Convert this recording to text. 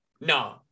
no